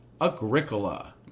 Agricola